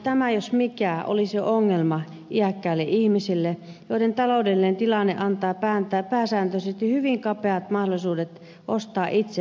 tämä jos mikä olisi ongelma iäkkäille ihmisille joiden taloudellinen tilanne antaa pääsääntöisesti hyvin kapeat mahdollisuudet ostaa itse hyvinvointipalveluita